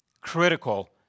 critical